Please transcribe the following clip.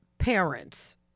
parents